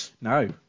no